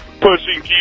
pushing